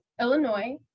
Illinois